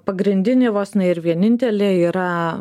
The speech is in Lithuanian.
pagrindinį vos ne ir vienintelį yra